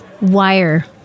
wire